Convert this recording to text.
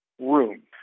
room